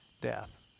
death